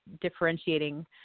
differentiating